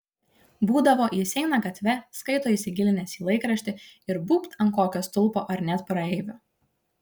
būdavo jis eina gatve skaito įsigilinęs į laikraštį ir būbt ant kokio stulpo ar net praeivio